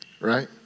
Right